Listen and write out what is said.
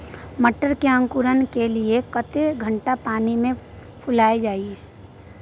मटर के अंकुरण के लिए कतेक घंटा पानी मे फुलाईल जाय?